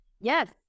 Yes